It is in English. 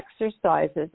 exercises